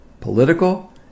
political